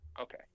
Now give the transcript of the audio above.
Okay